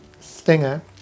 stinger